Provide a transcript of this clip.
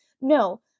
No